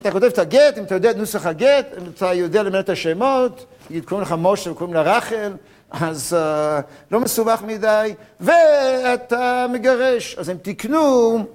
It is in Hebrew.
אתה כותב את הגט, אם אתה יודע את נוסח הגט, אם אתה יודע לנהל(?) את השמות, תגיד, קוראים לך משה, קוראים לה רחל, אז לא מסובך מידי, ואתה מגרש, אז הם תקנו,